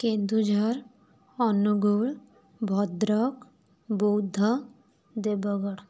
Keonjhar Angul Bhadrak Boudh Deogarh